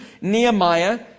Nehemiah